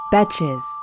Betches